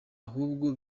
ahubwo